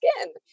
skin